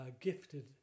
gifted